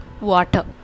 water